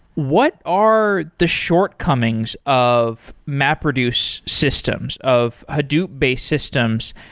what are the shortcomings of map reduce systems, of hadoop-based systems,